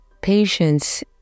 Patience